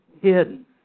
Hidden